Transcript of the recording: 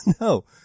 No